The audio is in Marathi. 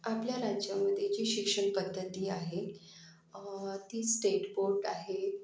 आपल्या राज्यामध्ये जी शिक्षण पद्धती आहे ती स्टेट बोर्ड आहे